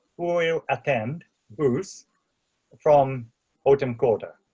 who will attend booth from autumn quarter.